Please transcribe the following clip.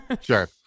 Sure